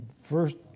first